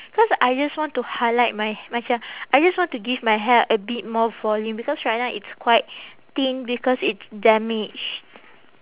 cause I just want to highlight my macam I just want to give my hair a bit more volume because right now it's quite thin because it's damaged